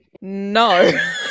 no